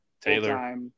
Taylor